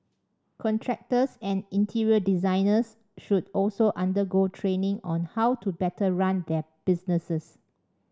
contractors and interior designers should also undergo training on how to better run their businesses